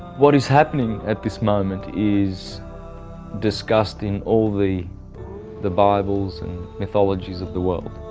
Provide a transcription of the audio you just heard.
what is happening at this moment is discussed in all the the bibles and mythologies of the world.